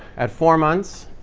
at four months,